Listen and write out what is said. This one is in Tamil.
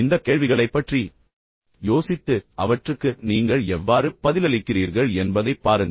இந்தக் கேள்விகளைப் பற்றி யோசித்து அவற்றுக்கு நீங்கள் எவ்வாறு பதிலளிக்கிறீர்கள் என்பதைப் பாருங்கள்